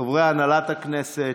חברי הנהלת הכנסת,